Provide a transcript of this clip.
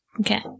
Okay